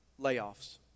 Layoffs